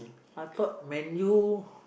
I thought man you